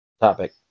topic